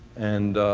and,